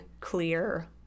clear